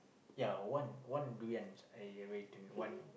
ya one one durians I ever eaten one